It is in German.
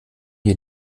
die